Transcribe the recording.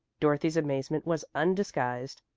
dorothy's amazement was undisguised.